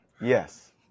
Yes